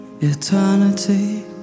eternity